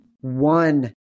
one